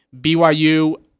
BYU